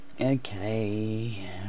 Okay